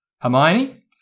Hermione